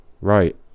Right